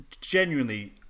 genuinely